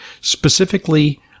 specifically